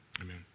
Amen